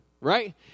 right